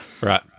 right